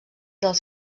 dels